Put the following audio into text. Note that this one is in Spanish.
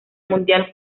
mundial